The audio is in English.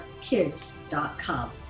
kids.com